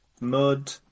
mud